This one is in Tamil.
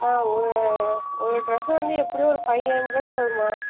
ஆ ஒரு ஒரு ட்ரெஸ்ஸு வந்து எப்படியும் ஒரு ஃபைவ் ஹண்ட்ரென்னு வரும்மா